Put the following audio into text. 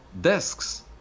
desks